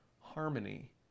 harmony